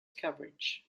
coverage